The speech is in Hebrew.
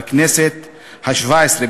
בכנסת השבע-עשרה,